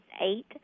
eight